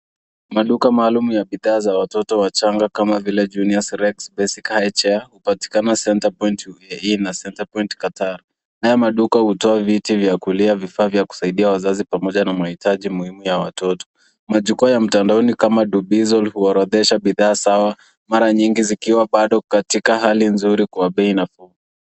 Maduka maalum yenye bidhaa za watoto wachanga kama bike juniors rakes, [basi high chair hupatikana centa point kadhaa. Haya maduka Huwa na viti vya kulea na vya kusaidia wazazi pamoja na mahitaji muhimu ya watoto. Majukwaa ya mtandaoni kama dubizol huorodhesha bidhaa sawa mara nyingi zikiwa bado katika hali nzuri kwa bei nafuu.